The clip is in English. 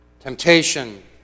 Temptation